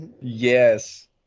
Yes